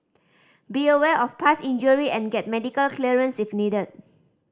be aware of past injury and get medical clearance if needed